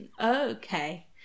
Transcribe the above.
okay